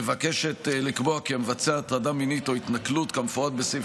מבקשת לקבוע כי המבצע הטרדה מינית או התנכלות כמפורט בסעיף